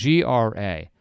GRA